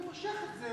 אני מושך את זה